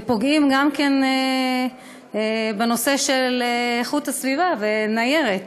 ופוגעים גם בנושא של איכות הסביבה בניירת,